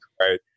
right